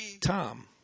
Tom